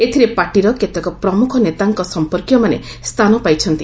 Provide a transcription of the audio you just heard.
ଏଥିରେ ପାର୍ଟିର କେତେକ ପ୍ରମୁଖ ନେତାଙ୍କ ସମ୍ପର୍କୀୟମାନେ ସ୍ଥାନ ପାଇଛନ୍ତି